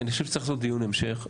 אני חושב שצריך לעשות דיון המשך,